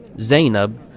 Zainab